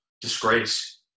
disgrace